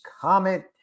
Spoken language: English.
comment